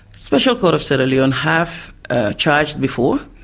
special court of sierra leone have charged before,